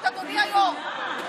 אדוני היו"ר.